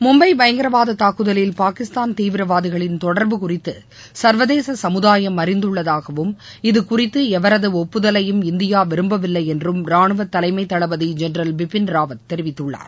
மும்பை பயங்கரவாத தாக்குதலில் பாகிஸ்தான் தீவிரவாதிகளின் தொடர்பு குறித்து சர்வதேச சமுதாயம் அறிந்துள்ளதாகவும் இது குறித்து எவரது ஒப்புதலையும் இந்தியா விரும்பவில்லை என்றும் ராணுவ தலைமை தளபதி ஜென்ரல் பிபின் ராவத் தெரிவித்துள்ளார்